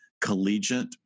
collegiate